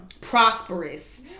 prosperous